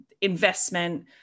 investment